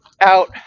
out